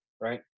right